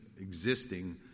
existing